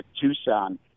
Tucson